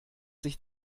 sich